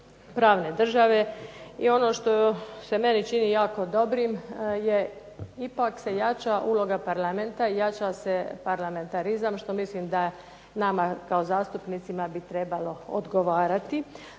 pravne države. I ono što se meni jako čini dobrim je ipak se jača uloga Parlamenta, jača se parlamentarizam što mislim da nama kao zastupnicima bi trebalo odgovarati.